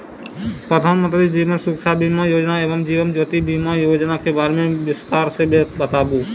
प्रधान मंत्री जीवन सुरक्षा बीमा योजना एवं जीवन ज्योति बीमा योजना के बारे मे बिसतार से बताबू?